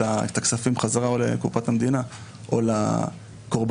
הכספים חזרה אולי לקופת המדינה או לקרבנות,